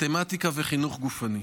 מתמטיקה וחינוך גופני.